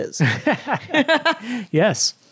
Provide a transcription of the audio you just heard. Yes